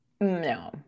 No